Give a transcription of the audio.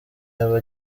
yaba